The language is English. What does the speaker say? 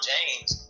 James